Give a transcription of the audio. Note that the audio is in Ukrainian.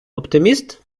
оптиміст